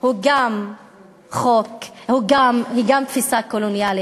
גם היא תפיסה קולוניאלית.